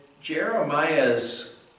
Jeremiah's